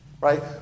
Right